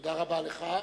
תודה רבה לך.